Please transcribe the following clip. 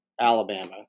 Alabama